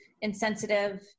insensitive